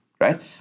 right